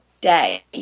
day